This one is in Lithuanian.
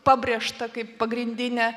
pabrėžta kaip pagrindinė